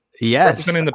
Yes